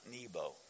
Nebo